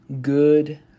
good